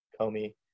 Comey